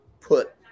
put